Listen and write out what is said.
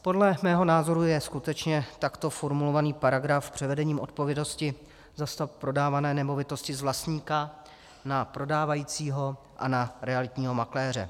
Podle mého názoru je skutečně takto formulovaný paragraf převedením odpovědnosti za stav prodávané nemovitosti z vlastníka na prodávajícího a na realitního makléře.